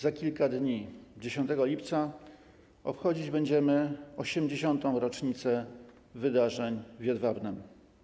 Za kilka dni, 10 lipca, obchodzić będziemy 80. rocznicę wydarzeń w Jedwabnem.